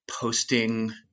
posting